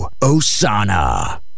Osana